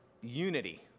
unity